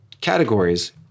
categories